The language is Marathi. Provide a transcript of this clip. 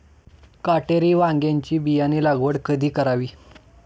काटेरी वांग्याची बियाणे लागवड कधी करावी?